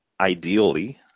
ideally